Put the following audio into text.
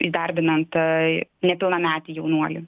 įdarbinant nepilnametį jaunuolį